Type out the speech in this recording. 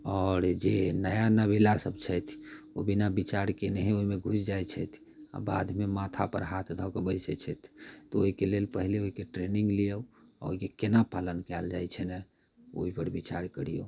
आओर जे नया नबेला सब छथि ओ बिना विचार केनहें ओइमे घुसि जाइ छथि आओर बादमे माथापर हाथ धऽके बैसै छथि तऽ ओइके लेल पहिले ओइके ट्रेनिंग लियौ ओइके केना पालन कयल जाइ छै ने ओइपर विचार करियौ